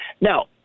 Now